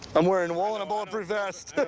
i'm wearing wool and a bulletproof vest.